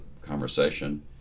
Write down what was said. conversation